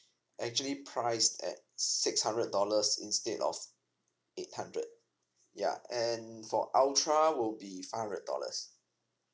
actually price at six hundred dollars instead of eight hundred ya and for ultra will be five hundred dollars